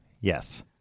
Yes